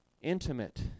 intimate